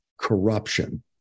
corruption